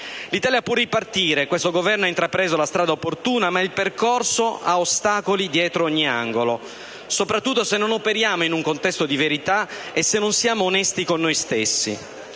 L'Italia può ripartire. Questo Governo ha intrapreso la strada opportuna, ma il percorso nasconde ostacoli dietro ogni angolo, soprattutto se non operiamo in un contesto di verità e se non siamo onesti con noi stessi.